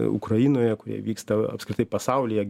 ukrainoje kurie vyksta apskritai pasaulyje